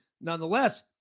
nonetheless